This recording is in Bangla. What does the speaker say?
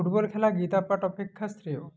ফুটবল খেলা গীতা পাঠ অপেক্ষা শ্রেয়